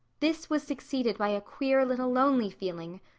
this was succeeded by a queer, little lonely feeling.